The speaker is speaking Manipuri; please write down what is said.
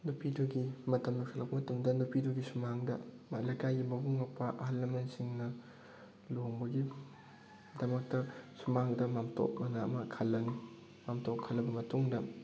ꯅꯨꯄꯤꯗꯨꯒꯤ ꯃꯇꯝ ꯌꯧꯁꯤꯜꯂꯛꯄ ꯃꯇꯝꯗ ꯅꯨꯄꯤꯗꯨꯒꯤ ꯁꯨꯃꯥꯡꯗ ꯂꯩꯀꯥꯏꯒꯤ ꯃꯕꯨꯡ ꯃꯧꯄ꯭ꯋꯥ ꯑꯍꯜ ꯂꯃꯜꯁꯤꯡꯅ ꯂꯨꯍꯣꯡꯕꯒꯤ ꯗꯃꯛꯇ ꯁꯨꯃꯥꯡꯗ ꯃꯥꯝꯇꯣꯞ ꯑꯅ ꯑꯃ ꯈꯜꯂꯅꯤ ꯃꯥꯝꯇꯣꯞ ꯈꯜꯂꯕ ꯃꯇꯨꯡꯗ